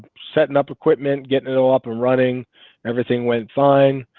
setting up equipment getting it all up and running everything went fine.